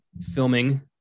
filming